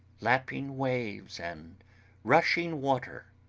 lapping waves and rushing water,